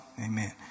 Amen